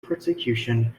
persecution